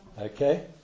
okay